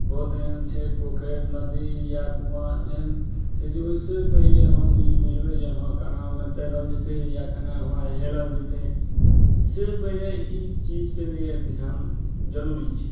बहुत एहन छै पोखरि नदी या कुआँ एहन छै जे ओहि सऽ पहिले हम ई बुझबै जे हँ केना हम तैरल जेतै या केना हमरा हेलल जेतै से पहिले ई चीजके लिए ध्यान जरूरी छै